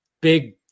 big